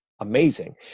amazing